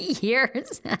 years